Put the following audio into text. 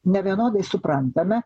nevienodai suprantame